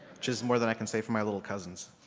which is more than i can say for my little cousins.